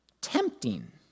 tempting